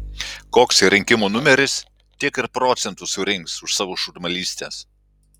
koks rinkimų numeris tiek ir procentų surinks už savo šūdmalystes